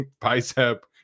bicep